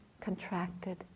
contracted